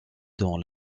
dans